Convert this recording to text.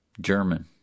German